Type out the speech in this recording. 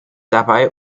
dabei